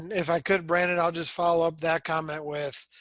if i could brandon, i'll just follow up that comment with.